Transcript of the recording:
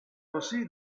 così